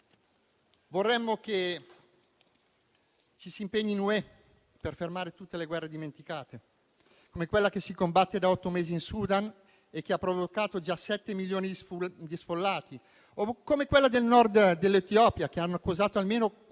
Vorremmo che ci si impegnasse in Unione europea per fermare tutte le guerre dimenticate, come quella che si combatte da otto mesi in Sudan e che ha provocato già 7 milioni di sfollati, o come quella del Nord dell'Etiopia, che ha causato almeno altri 4 milioni di sfollati.